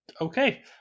okay